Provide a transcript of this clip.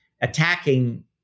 attacking